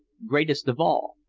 greatest of all.